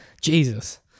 Jesus